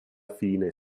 fine